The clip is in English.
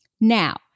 Now